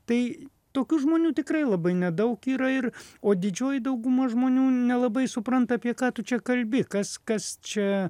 tai tokių žmonių tikrai labai nedaug yra ir o didžioji dauguma žmonių nelabai supranta apie ką tu čia kalbi kas kas čia